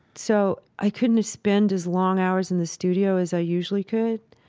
so i couldn't have spent as long hours in the studio as i usually could,